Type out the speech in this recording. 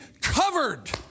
covered